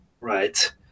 Right